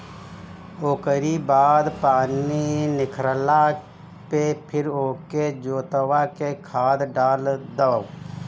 ओकरी बाद पानी निखरला पे फिर ओके जोतवा के खाद डाल दअ